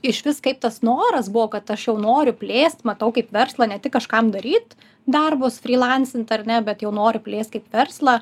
išvis kaip tas noras buvo kad aš jau noriu plėst matau kaip verslą ne tik kažkam daryt darbus frilansint ar ne bet jau noriu plėst kaip verslą